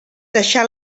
deixà